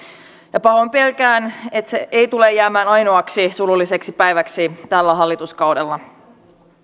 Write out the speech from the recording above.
ja pahoin pelkään että se ei tule jäämään ainoaksi surulliseksi päiväksi tällä hallituskaudella